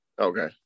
Okay